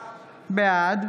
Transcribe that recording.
בעד